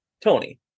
Tony